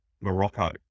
Morocco